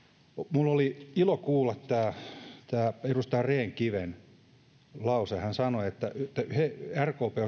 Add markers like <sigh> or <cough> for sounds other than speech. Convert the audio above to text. minulla oli ilo kuulla tämä tämä edustaja rehn kiven lause hän sanoi että rkp on <unintelligible>